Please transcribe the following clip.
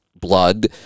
blood